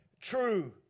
true